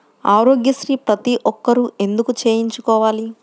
ఆరోగ్యశ్రీ ప్రతి ఒక్కరూ ఎందుకు చేయించుకోవాలి?